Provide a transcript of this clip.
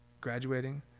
graduating